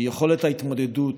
מיכולת ההתמודדות